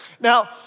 Now